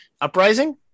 Uprising